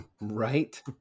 Right